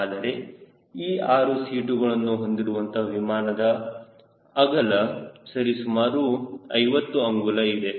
ಆದರೆ ಈ 6 ಸೀಟುಗಳನ್ನು ಹೊಂದಿರುವಂತಹ ವಿಮಾನದ ಆಗಲೂ ಸರಿಸುಮಾರು 50 ಅಂಗುಲ ಇದೆ